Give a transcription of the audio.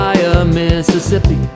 Mississippi